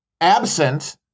absent